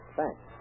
Thanks